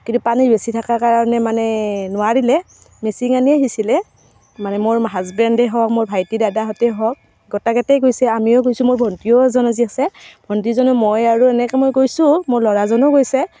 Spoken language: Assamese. কিন্তু পানী বেছি থাকাৰ কাৰণে মানে নোৱাৰিলে মেচিন আনিয়ে সিঁচিলে মানে মোৰ হাজবেণ্ডে হওক মানে মোৰ ভাইটি দাদাহঁতে হওক গটেকেইটাই গৈছো আমিও গৈছো মোৰ ভণ্টি এজনো আজি আছে ভণ্টিজনো মই আৰু এনেকৈ মই গৈছো মোৰ ল'ৰাজনো গৈছে